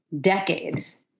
decades